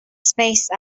spaced